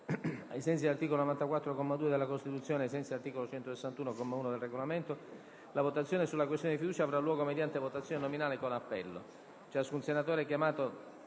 94, secondo comma, della Costituzione e ai sensi dell'articolo 161, comma 1, del Regolamento, la votazione sulla questione di fiducia avrà luogo mediante votazione nominale con appello. Ciascun senatore chiamato